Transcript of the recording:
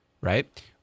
right